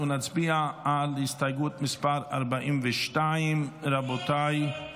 נצביע על הסתייגות מס' 42. הסתייגות 42 לא נתקבלה.